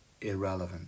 irrelevant